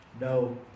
no